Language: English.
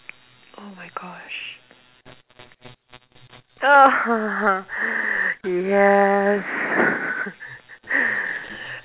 oh my gosh yes